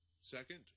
Second